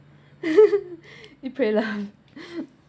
you pray lah